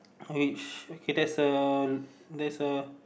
which okay there's a there's a